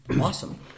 Awesome